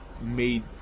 made